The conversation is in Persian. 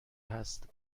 هست